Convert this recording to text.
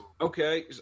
Okay